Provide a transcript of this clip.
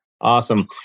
Awesome